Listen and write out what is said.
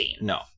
No